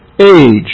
age